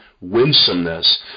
winsomeness